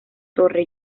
torre